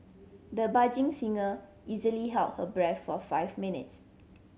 the budding singer easily held her breath for five minutes